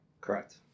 Correct